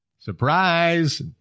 Surprise